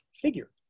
figure